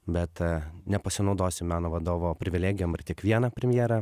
bet nepasinaudosiu meno vadovo privilegijom ir tik vieną premjerą